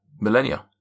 millennia